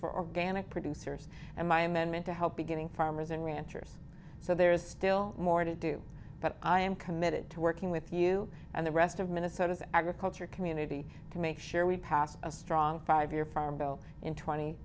for organic producers and my amendment to help beginning farmers and ranchers so there is still more to do but i am committed to working with you and the rest of minnesota's agriculture community to make sure we pass a strong five year farm bill in twenty